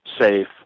safe